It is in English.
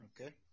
Okay